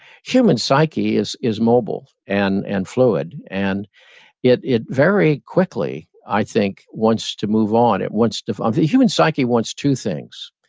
human psyche is is mobile, and and fluid, and it it very quickly, i think, wants to move on. it wants to, um the human psyche wants two things.